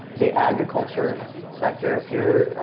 the agriculture sector, if youire,